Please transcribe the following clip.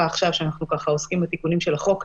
עכשיו כשאנחנו עוסקים בתיקונים של החוק,